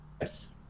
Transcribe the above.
Yes